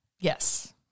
Yes